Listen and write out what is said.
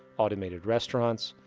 automated restaurants,